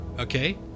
Okay